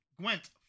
Gwent